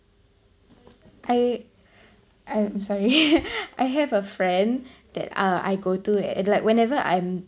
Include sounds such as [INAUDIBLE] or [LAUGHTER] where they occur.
I I'm sorry [LAUGHS] I have a friend that uh I go at like whenever I'm